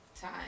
time